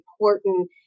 important